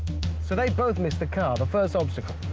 both missed the car, the first obstacle.